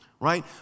right